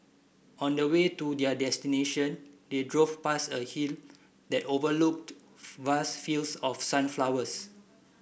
on the way to their destination they drove past a hill that overlooked vast fields of sunflowers